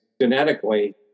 Genetically